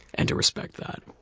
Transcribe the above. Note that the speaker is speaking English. and to respect that.